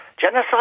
genocide